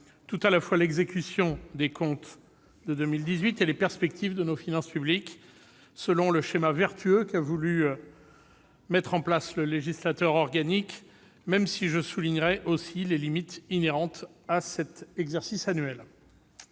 tout à la fois, l'exécution des comptes de 2018 et les perspectives de nos finances publiques, selon le schéma vertueux qu'a voulu mettre en place le législateur organique, même s'il convient aussi de souligner les limites inhérentes à cet exercice annuel.